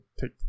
take